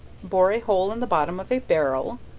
bore a hole in the bottom of a barrel,